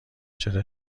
چرا